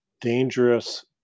dangerous